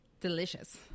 Delicious